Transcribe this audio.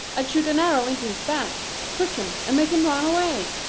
i'd shoot an arrow into his back, to prick him and make him run away.